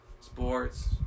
sports